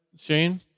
shane